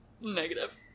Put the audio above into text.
Negative